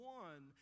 one